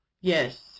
Yes